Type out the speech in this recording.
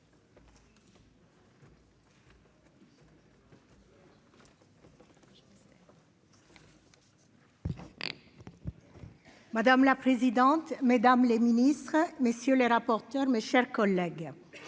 madame la présidente. Mesdames les Ministres Monsieur le Ministre, mes chers collègues,